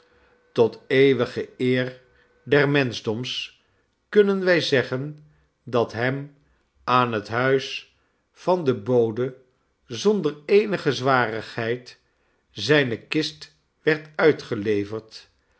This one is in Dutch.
tot eeuwige eer des menschdoms kunnen wij zeggen dat hem aan het huis van den bode zonder eenige zwarigheid zijne kist werd uitgeleverd